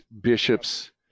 bishops